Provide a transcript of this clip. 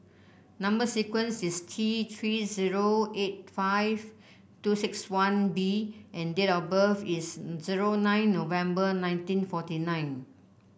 number sequence is T Three zero eight five two six one B and date of birth is zero nine November nineteen forty nine